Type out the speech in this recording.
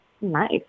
nice